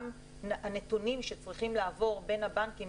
גם הנתונים שצריכים לעבור בין הבנקים.